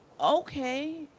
okay